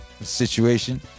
situation